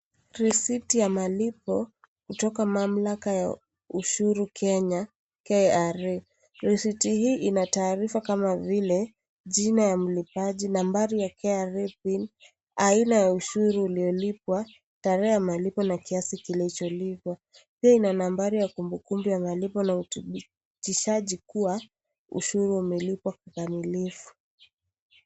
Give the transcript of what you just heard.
Receipt ya malipo kutoka mamlaka ya ushuru Kenya KRA (cs)receipt(cs) hii inatayarishwa kama vile jina ya mlipaji nambari ya KRApin aina ya ushuru iliyolipwa tarehe ya malipo na kiasi kilicholipwa pia ina nambari ya kumbukumbu ya malipo na uthibitishaji kuwa ushuru umelipwa kikamilifu.